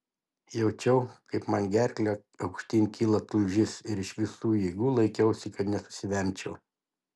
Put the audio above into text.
jaučiau kaip man gerkle aukštyn kyla tulžis ir iš visų jėgų laikiausi kad nesusivemčiau